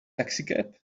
taxicab